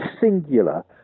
singular